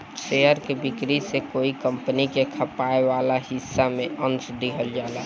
share के बिक्री से कोई कंपनी के खपाए वाला हिस्सा में अंस दिहल जाला